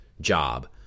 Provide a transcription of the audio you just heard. job